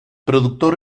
productor